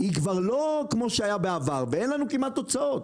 היא כבר לא כמו שהיה בעבר, ואין כמעט הוצאות.